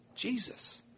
Jesus